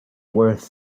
worth